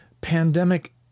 pandemic